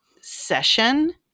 session